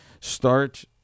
start